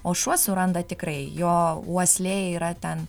o šuo suranda tikrai jo uoslė yra ten